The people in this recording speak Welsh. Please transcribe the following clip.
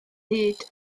hyd